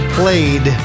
played